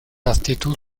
actitud